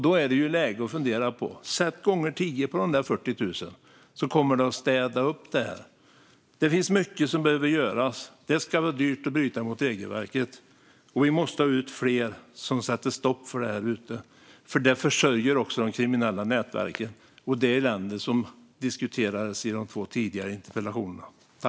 Det är läge att fundera över om man inte ska ta de där 40 000 kronorna gånger tio! Det kommer att städa upp det här. Mycket behöver göras. Det ska vara dyrt att bryta mot regelverket. Vi måste ha ut fler som sätter stopp för detta där ute, för det försörjer också de kriminella nätverken och det elände som diskuterades i de två föregående interpellationsdebatterna.